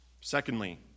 Secondly